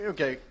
Okay